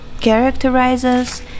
characterizes